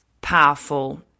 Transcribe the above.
powerful